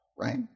right